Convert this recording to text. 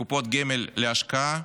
לקופות גמל להשקעה,